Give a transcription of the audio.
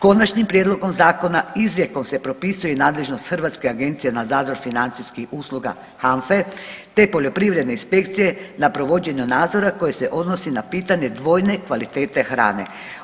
Konačnim prijedlogom zakona izrijekom se propisuje i nadležnost Hrvatske agencije za nadzor financijskih usluga HANFA-e, te poljoprivredne inspekcije na provođenju nadzora koje se odnosi na pitanje dvojne kvalitete hrane.